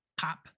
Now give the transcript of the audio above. pop